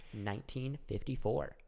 1954